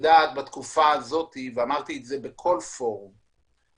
בתקופה הזאת אמרתי בכל פורום,